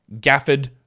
Gafford